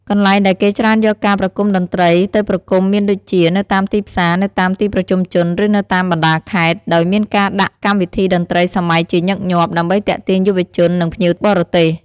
កន្លែងដែលគេច្រើនយកការប្រគុំតន្ត្រីទៅប្រគុំមានដូចជា នៅតាមទីផ្សារ នៅតាមទីប្រជុំជន ឬនៅតាមបណ្តាខេត្ត ដោយមានការដាក់កម្មវិធីតន្ត្រីសម័យជាញឹកញាប់ ដើម្បីទាក់ទាញយុវជន និងភ្ញៀវបរទេស។